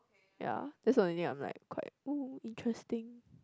ya that's the only thing I'm like quite oh interesting